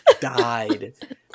died